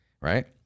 Right